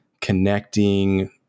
connecting